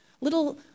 little